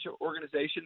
organization